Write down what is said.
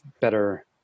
better